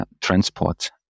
transport